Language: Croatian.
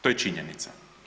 To je činjenica.